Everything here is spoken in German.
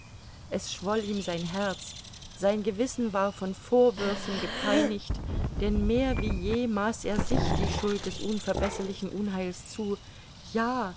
es schwoll ihm sein herz sein gewissen war von vorwürfen gepeinigt denn mehr wie je maß er sich die schuld des unverbesserlichen unheils zu ja